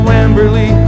Wembley